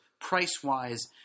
price-wise